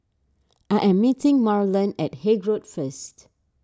I am meeting Marland at Haig Road first